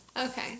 Okay